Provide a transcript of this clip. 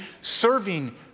serving